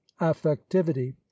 affectivity